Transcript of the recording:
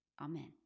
Amen